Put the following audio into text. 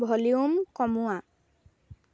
volume কমোৱা